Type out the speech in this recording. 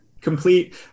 Complete